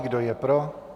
Kdo je pro?